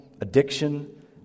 addiction